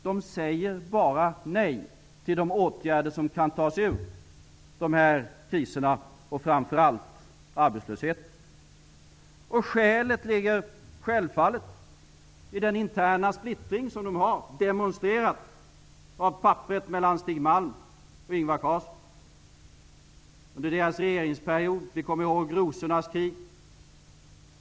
De säger bara nej till de åtgärder som kan ta oss ur dessa kriser och framför allt ur arbetslösheten. Skälet finns självfallet i den interna splittring som de har demonstrerat och på papperet som Stig Malm och Ingvar Carlsson har skrivit under. Vi kommer ihåg rosornas krig under Socialdemokraternas regeringsperiod.